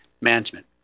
management